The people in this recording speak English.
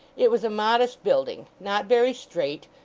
it was a modest building, not very straight,